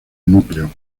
núcleo